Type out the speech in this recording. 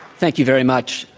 thank you very much.